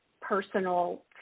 personal